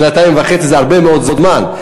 שנתיים וחצי זה הרבה מאוד זמן.